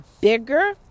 bigger